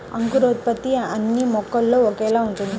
అంకురోత్పత్తి అన్నీ మొక్కలో ఒకేలా ఉంటుందా?